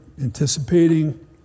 anticipating